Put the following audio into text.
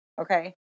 okay